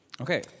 Okay